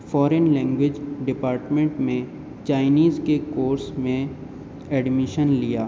فورن language department میں Chinese کے course میں ایڈمیشن لیا